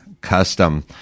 Custom